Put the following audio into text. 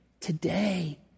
Today